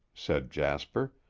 said jasper,